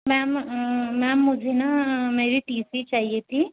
ma'am ma'am मुझे न मेरी टी सी चाहिए थी